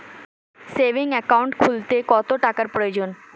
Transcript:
Savings account খুলতে কত টাকার প্রয়োজন?